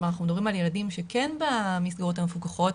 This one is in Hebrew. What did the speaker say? אנחנו מדברים על ילדים שכן במסגרות המפוקחות,